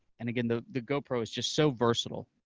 and again, the the gopro is just so versatile.